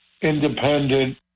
independent